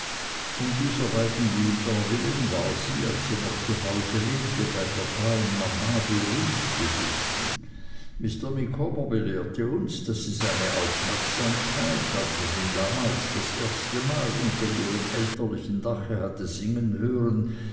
um dieser beiden lieder willen war sie als sie noch zu hause lebte bei papa und mama berühmt gewesen mr micawber belehrte uns daß sie seine aufmerksamkeit als er sie damals das erstemal unter ihrem elterlichen dache hatte singen hören